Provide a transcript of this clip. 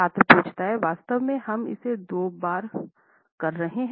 छात्र वास्तव में हम इसे दो बार कर रहे हैं